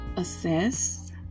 Assess